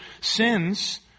sins